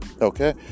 Okay